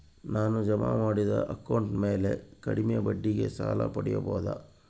ನಾನು ಜಮಾ ಮಾಡಿದ ಅಕೌಂಟ್ ಮ್ಯಾಲೆ ಕಡಿಮೆ ಬಡ್ಡಿಗೆ ಸಾಲ ಪಡೇಬೋದಾ?